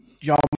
Y'all